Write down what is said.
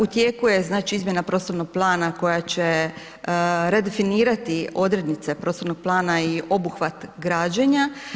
U tijeku je znači izmjena prostornog plana koja će redefinirati odrednice prostornog plana i obuhvat građenja.